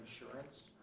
insurance